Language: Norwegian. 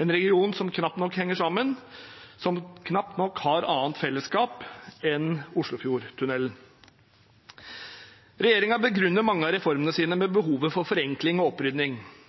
en region som knapt nok henger sammen, som knapt nok har annet til felles enn Oslofjordtunnelen. Regjeringen begrunner mange av reformene sine med behovet for forenkling og